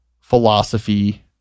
philosophy